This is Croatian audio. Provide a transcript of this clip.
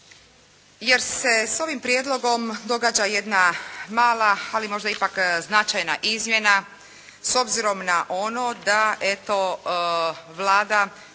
jer se s ovim prijedlogom događa jedna mala, ali možda ipak značajna izmjena s obzirom na ono da eto